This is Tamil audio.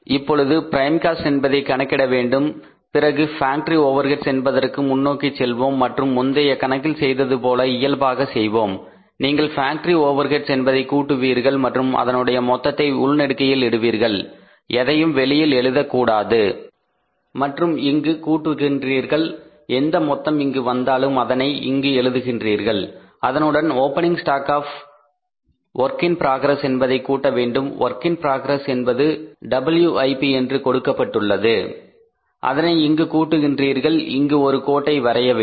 இப்பொழுது ப்ரைம் காஸ்ட் என்பதை கணக்கிட்ட பிறகு ஃபேக்டரி ஓவர் ஹெட்ஸ் என்பதற்கு முன்னோக்கி செல்வோம் மற்றும் முந்தைய கணக்கில் செய்ததுபோல இயல்பாக செய்வோம் நீங்கள் ஃபேக்டரி ஓவர் ஹெட்ஸ் என்பதை கூட்டுவீர்கள் மற்றும் அதனுடைய மொத்தத்தை உள்நெடுக்கையில் இடுவீர்கள் எதையும் வெளியில் எழுதக்கூடாது மற்றும் இங்கு கூட்டுகிறீர்கள் எந்த மொத்தம் இங்கு வந்தாலும் அதனை இங்கு எழுதுகின்றீர்கள் அதனுடன் ஓபனிங் ஸ்டாக் ஆப் WIP என்பதை கூட்ட வேண்டும் WIP என்பது வேர்க் இன் புரோகிரஸ் அதனை இங்கு கூட்டுகின்றீர்கள் இங்கு ஒரு கோட்டை வரைய வேண்டும்